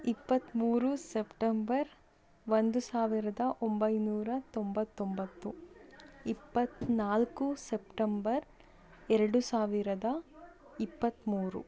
ಇಪ್ಪತ್ತಮೂರು ಸಪ್ಟಂಬರ್ ಒಂದು ಸಾವಿರದ ಒಂಬೈನೂರ ತೊಂಬತ್ತೊಂಬತ್ತು ಇಪ್ಪತ್ತನಾಲ್ಕು ಸಪ್ಟಂಬರ್ ಎರಡು ಸಾವಿರದ ಇಪ್ಪತ್ತಮೂರು